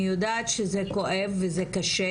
אני יודעת שזה כואב וזה קשה,